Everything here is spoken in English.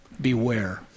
beware